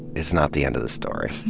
it's not the end of the story.